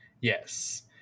Yes